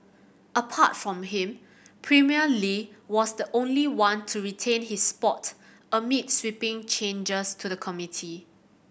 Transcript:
apart from him Premier Li was the only one to retain his spot amid sweeping changes to the committee